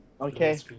Okay